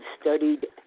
studied